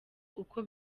uko